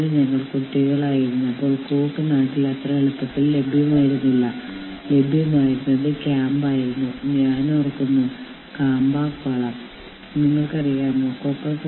അല്ലെങ്കിൽ നിങ്ങളുടെ സ്ഥാപനം ഒരു യൂണിയൻ രൂപീകരണത്തോട് പ്രതികരിക്കാൻ ശ്രമിക്കുകയാണെങ്കിൽ നിയമപരമായി നിങ്ങൾക്ക് സ്വീകരിക്കാവുന്ന നടപടികൾ എന്താണെന്ന് നിങ്ങൾ അറിഞ്ഞിരിക്കണം